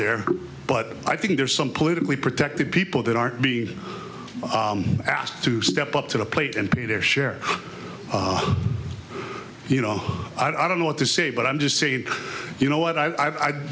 there but i think there's some politically protected people that are being asked to step up to the plate and pay their share you know i don't know what to say but i'm just saying you know what i